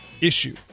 issue